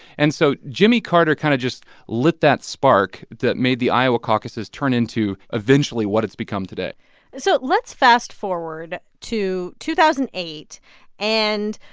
and so jimmy carter kind of just lit that spark that made the iowa caucuses turn into eventually what it's become today so let's fast forward to two thousand and eight and,